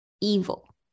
evil